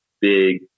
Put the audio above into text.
big